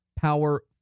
power